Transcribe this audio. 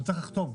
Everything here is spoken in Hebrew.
הוא צריך לחתום.